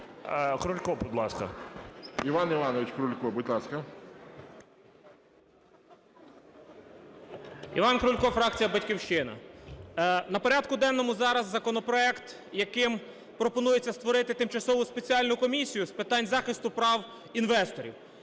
Іван Крулько, фракція "Батьківщина". На порядку денному зараз законопроект, яким пропонується створити Тимчасову спеціальну комісію з питань захисту прав інвесторів.